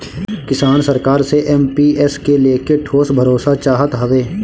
किसान सरकार से एम.पी.एस के लेके ठोस भरोसा चाहत हवे